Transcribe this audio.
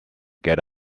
get